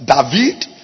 David